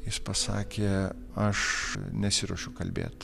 jis pasakė aš nesiruošiu kalbėt